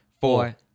four